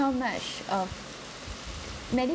not much um maybe